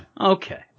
okay